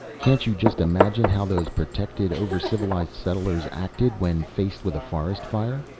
can't you just imagine how those protected, over-civilized settlers acted when faced with a forest fire?